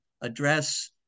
address